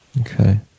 Okay